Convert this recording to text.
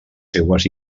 seues